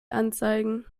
anzeigen